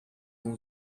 who